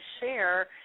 share